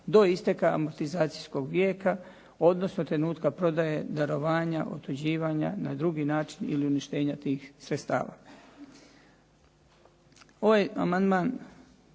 do isteka amortizacijskog vijeka, odnosno trenutka prodaje, darovanja, otuđivanja, na drugi način ili uništenja tih sredstava."